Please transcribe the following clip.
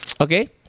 Okay